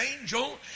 angel